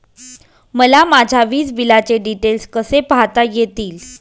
मला माझ्या वीजबिलाचे डिटेल्स कसे पाहता येतील?